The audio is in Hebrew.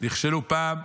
נכשלו פעם.